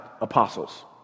apostles